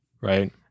right